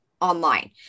online